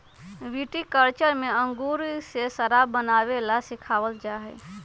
viticulture में अंगूर से शराब बनावे ला सिखावल जाहई